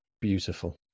Beautiful